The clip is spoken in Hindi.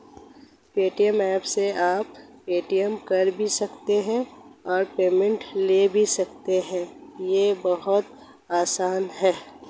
पेटीएम ऐप से आप पेमेंट कर भी सकते हो और पेमेंट ले भी सकते हो, ये बहुत आसान है